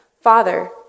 Father